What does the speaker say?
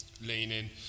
leaning